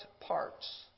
parts